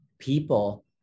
people